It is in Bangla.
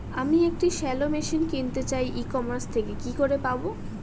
আমি একটি শ্যালো মেশিন কিনতে চাই ই কমার্স থেকে কি করে পাবো?